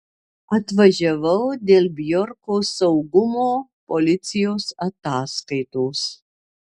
atvažiavau dėl bjorko saugumo policijos ataskaitos